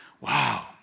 wow